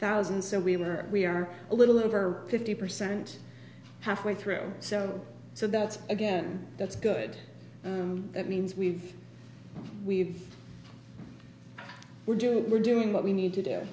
thousand so we were we are a little over fifty percent halfway through so so that's again that's good that means we've we've we're doing we're doing what we need to do